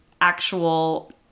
actual